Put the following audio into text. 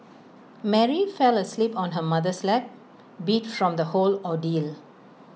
Mary fell asleep on her mother's lap beat from the whole ordeal